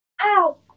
Ow